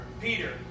Peter